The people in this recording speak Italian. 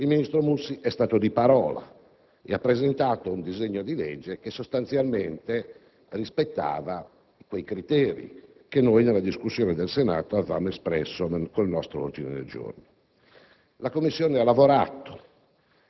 Il ministro Mussi è stato di parola e ha presentato un disegno di legge che sostanzialmente rispettava i criteri che noi, durante la discussione, avevamo espresso con il nostro ordine del giorno. La Commissione ha lavorato